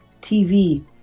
TV